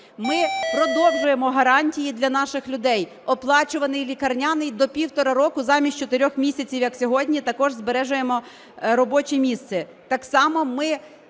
Ми продовжуємо гарантії для наших людей. Оплачуваний лікарняний до півтора року замість чотирьох місяців, як сьогодні, також збережемо робоче місце.